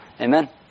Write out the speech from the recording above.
Amen